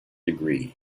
degree